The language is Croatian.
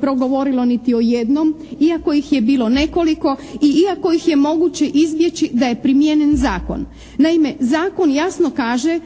progovorilo niti o jednom iako ih je bilo nekoliko i iako ih je moguće izbjeći da je primijenjen zakon. Naime, zakon jasno kaže